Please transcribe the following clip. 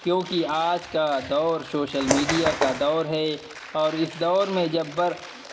کیوں کہ آج کا دور سوشل میڈیا کا دور ہے اور اس دور میں جب